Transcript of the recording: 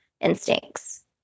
instincts